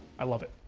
i love it.